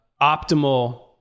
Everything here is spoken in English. optimal